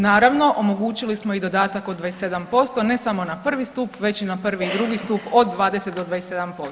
Naravno omogućili smo i dodatak od 27% ne samo na prvo stup već i na prvi i drugi stup od 20 do 27%